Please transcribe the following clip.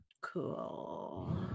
cool